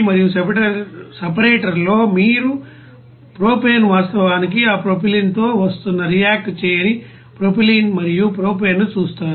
మరియు సెపరేటర్లో మీరు ప్రొపేన్ వాస్తవానికి ఆ ప్రొపైలిన్తో వస్తున్న రియాక్ట్ చేయని ప్రొపైలిన్ మరియు ప్రొపేన్ను చూస్తారు